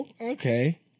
okay